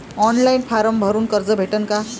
Online form भरून कर्ज भेटन का?